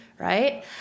Right